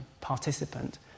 participant